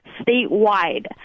statewide